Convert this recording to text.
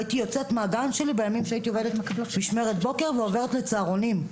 והייתי יוצאת מהגן אחרי משמרת בוקר ועוברת לצהרונים,